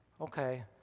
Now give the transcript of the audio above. okay